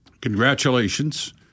Congratulations